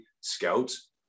scouts